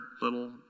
little